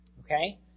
okay